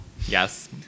Yes